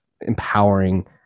empowering